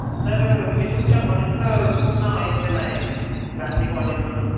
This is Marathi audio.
सर मी तुमच्या कॉलेजचं खूप नाव ऐकलेलं आहे गांधी कॉलेज म्हणून